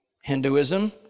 Hinduism